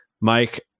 mike